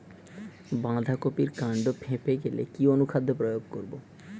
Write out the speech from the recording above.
বাঁধা কপির কান্ড ফেঁপে গেলে কি অনুখাদ্য প্রয়োগ করব?